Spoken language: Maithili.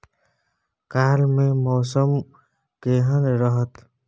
काल के मौसम केहन रहत?